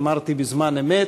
אמרתי בזמן אמת: